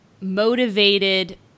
motivated